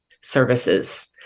services